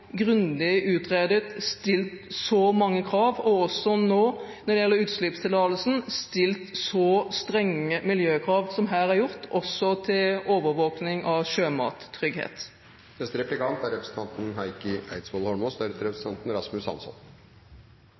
grundig utredet, stilt så mange krav til, også nå når det gjelder utslippstillatelsen, stilt så strenge miljøkrav til som her er gjort, også til overvåkning av sjømattrygghet.